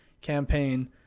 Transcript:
campaign